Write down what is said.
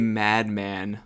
madman